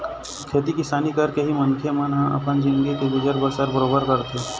खेती किसानी करके ही मनखे मन ह अपन जिनगी के गुजर बसर बरोबर करथे